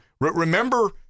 Remember